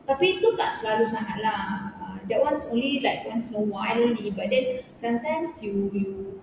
tapi tu tak selalu sangat lah that one's only like once in a while only but then sometimes you you